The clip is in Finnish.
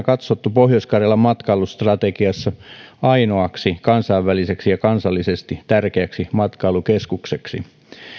katsottu pohjois karjalan matkailustrategiassa ainoaksi kansainväliseksi ja kansallisesti tärkeäksi matkailukeskukseksi